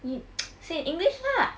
你 say in english lah